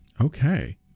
Okay